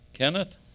Kenneth